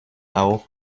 auch